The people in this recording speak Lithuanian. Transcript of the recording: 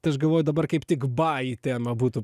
tai aš galvoju dabar kaip tik ba į temą būtų